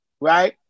right